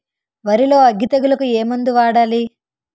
వరిలో అగ్గి తెగులకి ఏ మందు వాడాలి?